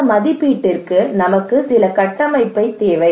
அந்த மதிப்பீட்டிற்கு நமக்கு சில கட்டமைப்பு தேவை